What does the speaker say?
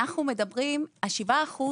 ה-7%